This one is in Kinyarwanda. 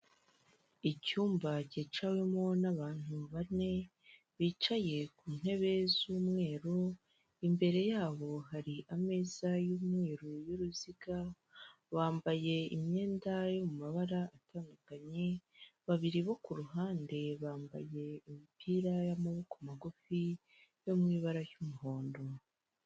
Icyumba kicawemo n'abantu bane, bicaye ku ntebe z'umweru, imbere yabo hari ameza y'umweru y'uruziga, bambaye imyenda yo mabara atandukanye, babiri bo ku ruhande bambaye imipira y'amaboko magufi yo mu ibara ry'umuhondo.